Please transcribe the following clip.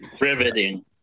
riveting